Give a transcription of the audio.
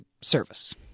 service